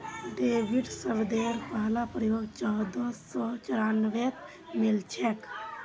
debit शब्देर पहला प्रयोग चोदह सौ चौरानवेत मिलछेक